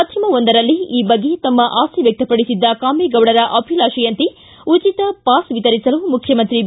ಮಾಧ್ಯಮವೊಂದರಲ್ಲಿ ಈ ಬಗ್ಗೆ ತಮ್ಮ ಆಸೆ ವ್ಯಕ್ತಪಡಿಸಿದ್ದ ಕಾಮೇಗೌಡರ ಅಭಿಲಾಷೆಯಂತೆ ಉಚಿತ ಪಾಸ್ ವಿತರಿಸಲು ಮುಖ್ಯಮಂತ್ರಿ ಬಿ